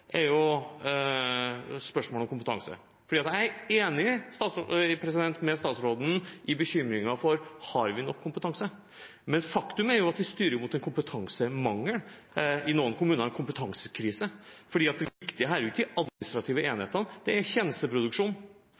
er spørsmålet om kompetanse. Jeg er enig med statsråden i bekymringen: Har vi nok kompetanse? Faktum er at vi styrer mot en kompetansemangel, i noen kommuner en kompetansekrise, fordi det viktige er ikke de administrative enhetene – det er